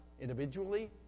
individually